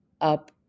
up